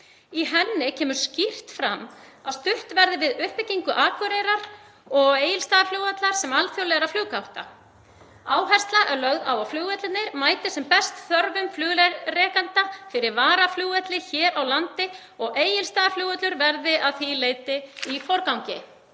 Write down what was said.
Í henni kemur skýrt fram að stutt verði við uppbyggingu Akureyrar- og Egilsstaðaflugvallar sem alþjóðlegra fluggátta. Áhersla er lögð á að flugvellirnir mæti sem best þörfum flugrekenda fyrir varaflugvelli hér á landi og Egilsstaðaflugvöllur verði að því leyti í forgangi.